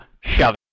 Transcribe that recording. shove